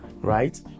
right